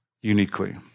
uniquely